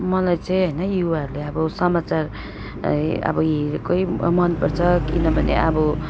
मलाई चाहिँ होइन युवाहरूले अब समाचार अब हेरेकै मनपर्छ किनभने अब